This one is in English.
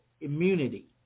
immunity